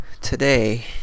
today